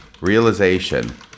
realization